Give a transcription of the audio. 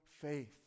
faith